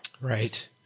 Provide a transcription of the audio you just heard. Right